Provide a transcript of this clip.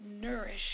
nourish